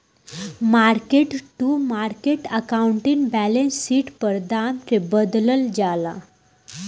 market to market accounting balance sheet पर दाम के बदलल जाला